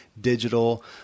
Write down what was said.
digital